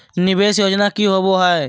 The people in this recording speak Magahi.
निवेस योजना की होवे है?